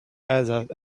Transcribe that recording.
hazard